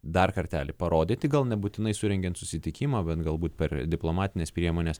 dar kartelį parodyti gal nebūtinai surengiant susitikimą bet galbūt per diplomatines priemones